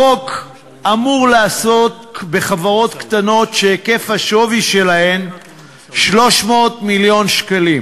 החוק אמור לעסוק בחברות קטנות שהיקף השווי שלהן 300 מיליון שקלים.